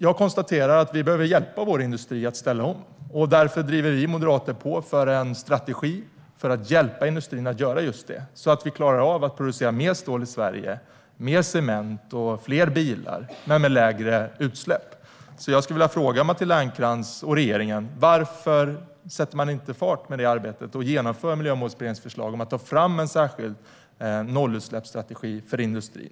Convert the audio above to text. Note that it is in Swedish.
Jag konstaterar att vi behöver hjälpa vår industri att ställa om. Därför driver vi moderater på för en strategi för att hjälpa industrin att göra just det, så att vi klarar av att producera mer stål, mer cement och fler bilar i Sverige - men med lägre utsläpp. Jag skulle därför vilja fråga Matilda Ernkrans och regeringen varför man inte sätter fart med det arbetet och genomför Miljömålsberedningens förslag om att ta fram en särskild nollutsläppsstrategi för industrin.